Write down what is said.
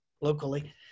locally